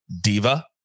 Diva